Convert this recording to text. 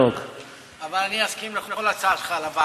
אבל אני אסכים לכל הצעה שלך לוועדה או למליאה.